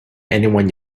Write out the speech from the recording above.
anyone